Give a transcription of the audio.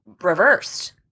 reversed